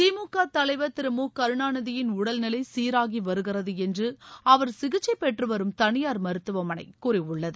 திமுக தலைவர் திரு மு கருணாநிதியின் உடல்நிலை சீராகி வருகிறது என்று அவர் சிகிச்சைப் பெற்றுவரும் தனியார் மருத்துவமனை கூறியுள்ளது